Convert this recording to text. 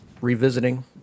revisiting